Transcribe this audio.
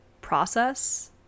process